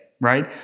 right